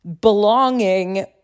belonging